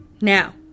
Now